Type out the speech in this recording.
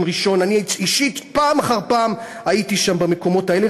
ראשון" אני אישית פעם אחר פעם הייתי שם במקומות האלה,